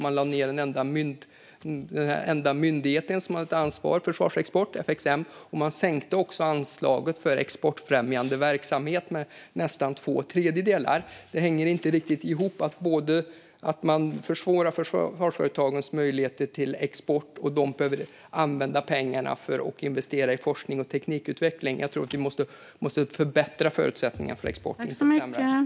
Man lade ned den enda myndighet som hade ansvar för försvarsexport, FXM. Man sänkte också anslaget för exportfrämjande verksamhet med nästan två tredjedelar. Det hänger inte riktigt ihop. Man försvårar försvarsföretagens möjligheter till export. De behöver använda pengarna för att investera i forskning och teknikutveckling. Vi måste förbättra förutsättningarna för export och inte försämra dem.